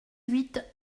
huit